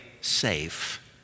safe